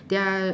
there are